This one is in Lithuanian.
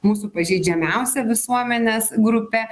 mūsų pažeidžiamiausia visuomenės grupe